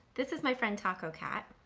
this is my friend, taco cat.